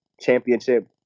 championship